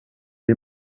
est